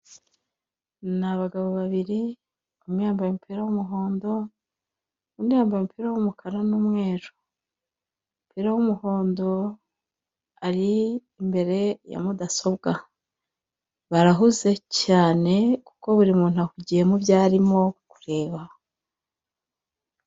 Ni abagabo babiri; umwe yambaye umupira w'umuhondo, undi yambaye umupira w'umukara n'umweru. Umupira w'umuhondo, ari imbere ya mudasobwa, barahuze cyane kuko buri muntu ahugiye mu byo arimo kureba.